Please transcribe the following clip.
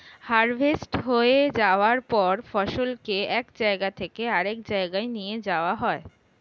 harvest হয়ে যাওয়ার পর ফসলকে এক জায়গা থেকে আরেক জায়গায় নিয়ে যাওয়া হয়